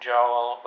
Joel